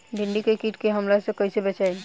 भींडी के कीट के हमला से कइसे बचाई?